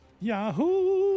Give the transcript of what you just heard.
Yahoo